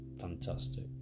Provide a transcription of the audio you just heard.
fantastic